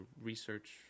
research